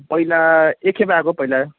पहिला एकखेप आएको पहिला